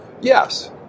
Yes